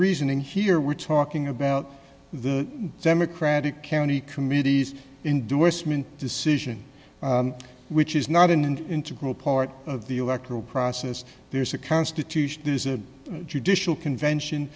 reasoning here we're talking about the democratic county committee's indorsement decision which is not an integral part of the electoral process there's a constitution there is a judicial convention